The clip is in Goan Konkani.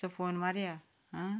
चल फोन मारया आं